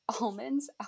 almonds